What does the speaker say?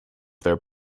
their